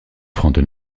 francs